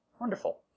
Wonderful